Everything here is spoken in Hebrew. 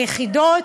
היחידות.